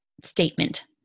statement